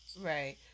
Right